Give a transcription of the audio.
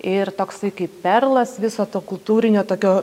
ir toksai kaip perlas viso to kultūrinio tokio